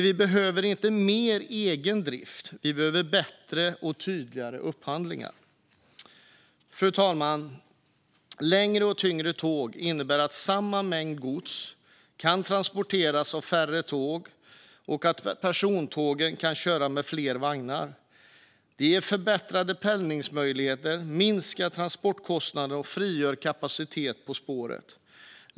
Vi behöver inte mer egen drift, utan vi behöver bättre och tydligare upphandlingar. Fru talman! Längre och tyngre tåg innebär att samma mängd gods kan transporteras av färre tåg och att persontågen kan köras med fler vagnar. Detta ger förbättrade pendlingsmöjligheter, minskar transportkostnaderna och frigör kapacitet på spåren.